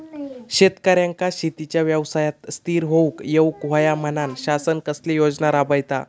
शेतकऱ्यांका शेतीच्या व्यवसायात स्थिर होवुक येऊक होया म्हणान शासन कसले योजना राबयता?